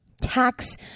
tax